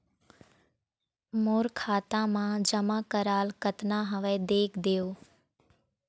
मोर खाता मा जमा कराल कतना हवे देख देव?